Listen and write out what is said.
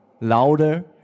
louder